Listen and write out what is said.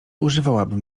używałabym